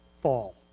Fall